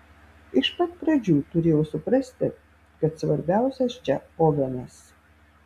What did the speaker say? iš pat pradžių turėjau suprasti kad svarbiausias čia ovenas